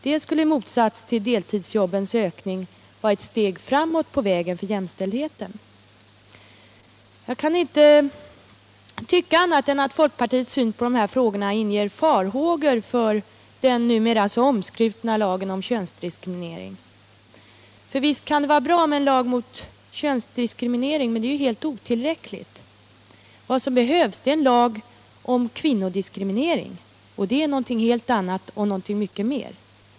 Det skulle i motsats till deltidsjobbens ökning vara ett steg framåt på vägen till jämställdheten. Jag kan inte tycka annat än att folkpartiets syn på de här frågorna inger farhågor för den numera så omskrutna lagen mot könsdiskriminering. Visst kan det vara bra med en lag mot könsdiskriminering, men det är ju helt otillräckligt. Vad som behövs är en lag mot kvinnodiskriminering, vilket är något helt annat och mycket mer.